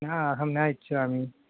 न अहं न इच्छामि